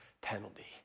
penalty